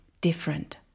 different